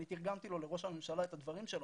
אני תרגמתי לראש הממשלה את הדברים שלו,